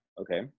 Okay